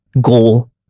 goal